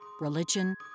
religion